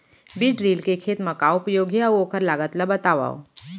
बीज ड्रिल के खेत मा का उपयोग हे, अऊ ओखर लागत ला बतावव?